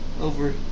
Over